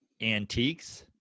antiques